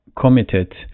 committed